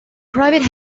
private